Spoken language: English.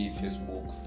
facebook